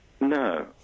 No